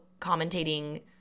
commentating